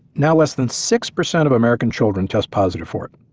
now less than six percent of american children test positive for it.